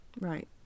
Right